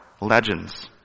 legends